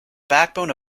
backbone